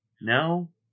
No